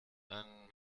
einen